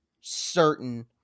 certain